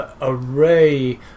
array